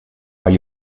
mal